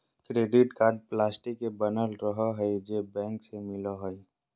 credit card plastic के बनल रहो हइ जे बैंक से मिलो हइ